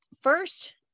First